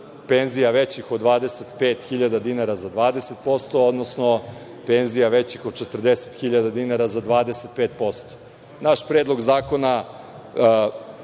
penzija većih od 25.000 dinara za 20%, odnosno penzija većih od 40.000 dinara za 25%.Naš Predlog zakona